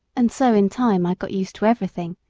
and so in time i got used to everything,